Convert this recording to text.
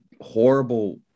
horrible